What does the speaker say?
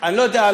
חוג התעמלות,